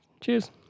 Cheers